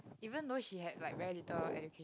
even though she had like very little education